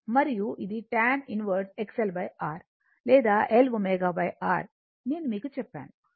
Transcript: మరియు ఇది tan 1 XLR లేదా L ω R నేను మీకు చెప్పాను